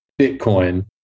Bitcoin